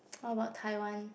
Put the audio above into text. what about Taiwan